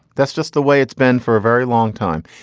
that's just the way it's been for a very long time.